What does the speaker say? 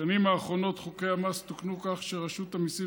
בשנים האחרונות חוקי המס תוקנו כך שרשות המיסים